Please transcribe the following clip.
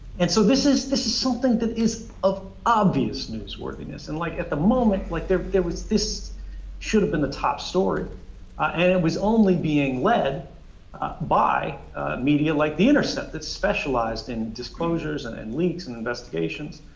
and so this is this is something that is of obvious newsworthiness. and like at the moment like there but there was this should've been the top story and it was only being led by media like the intercept, that's specialized in disclosures and and leaks and investigations.